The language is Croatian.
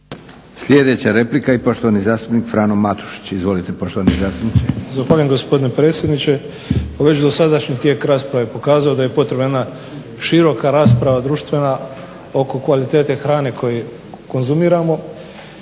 Sljedeća replika i poštovani zastupnik Frano Matušić. Izvolite poštovani zastupniče. **Matušić, Frano (HDZ)** Zahvaljujem gospodine predsjedniče. Već dosadašnji tijek rasprave je pokazao da je potrebna jedna široka rasprava društvena oko kvalitete hrane koju konzumiramo